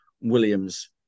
Williams